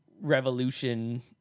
revolution